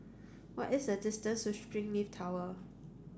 what is the distance to Springleaf Tower